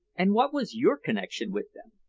and what was your connection with them?